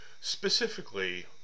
specifically